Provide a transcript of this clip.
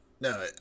No